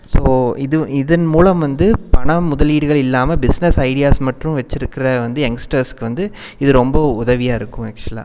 so இது இதன் மூலம் வந்து பணம் முதலீடுகள் இல்லாமல் பிஸ்னஸ் ஐடியாஸ் மற்றும் வச்சுருக்கற வந்து யங்ஸ்டர்ஸ்க்கு வந்து இது ரொம்ப உதவியாக இருக்கும் ஆக்ஷுவலா